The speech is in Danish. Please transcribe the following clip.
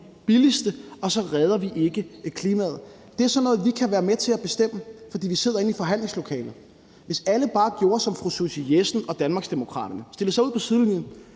billigste, og så redder vi ikke klimaet. Det er sådan noget, vi kan være med til at bestemme, fordi vi sidder inde i forhandlingslokalet. Hvis alle bare gjorde som fru Susie Jessen og Danmarksdemokraterne og stillede sig ud på sidelinjen,